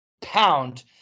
pound